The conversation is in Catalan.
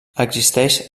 existeix